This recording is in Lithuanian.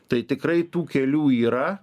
tai tikrai tų kelių yra